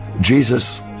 Jesus